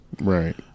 Right